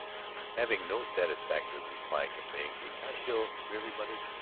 having no satisfactory reply to make, ignacio merely muttered,